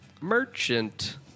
Merchant